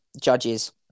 judges